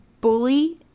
bully